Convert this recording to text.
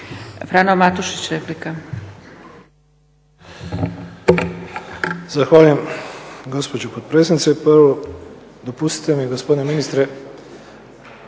Frano (HDZ)** Zahvaljujem gospođo potpredsjednice. Pa evo dopustite mi gospodine ministre